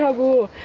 ah go.